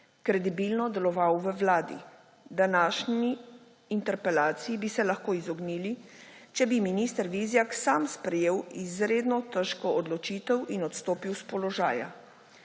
kredibilno deloval v vladi. Današnji interpelaciji bi se lahko izognili, če bi minister Vizjak sam sprejel izredno težko odločitev in odstopil s položaja.